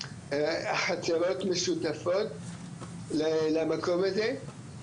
החצרות משותפות למקום הזה,